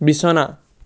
বিছনা